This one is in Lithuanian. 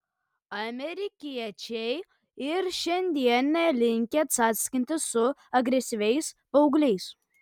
amerikiečiai ir šiandien nelinkę cackintis su agresyviais paaugliais